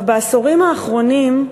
בעשורים האחרונים,